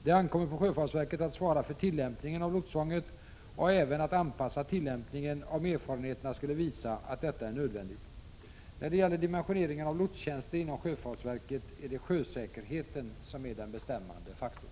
Det ankommer på sjöfartsverket att svara för tillämpningen av lotstvånget och även att anpassa tillämpningen, om erfarenheterna skulle visa att detta är nödvändigt. När det gäller dimensioneringen av lotstjänster inom sjöfartsverket är det sjösäkerheten som är den bestämmande faktorn.